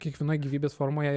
kiekvienoj gyvybės formoje